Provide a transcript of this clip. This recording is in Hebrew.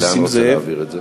לאן אתה רוצה להעביר את זה?